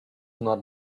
not